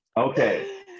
Okay